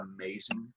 amazing